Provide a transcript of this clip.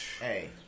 Hey